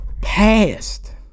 Past